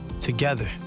Together